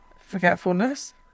Forgetfulness